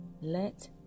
Let